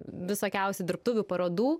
visokiausių dirbtuvių parodų